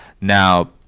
Now